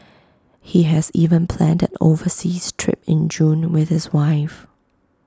he has even planned overseas trip in June with his wife